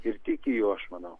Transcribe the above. ir tiki juo aš manau